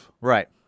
right